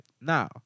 now